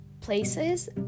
places